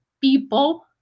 people